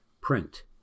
print